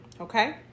okay